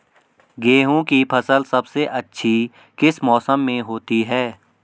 गेहूँ की फसल सबसे अच्छी किस मौसम में होती है